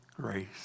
Grace